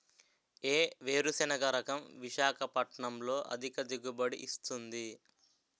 ఏ వేరుసెనగ రకం విశాఖపట్నం లో అధిక దిగుబడి ఇస్తుంది?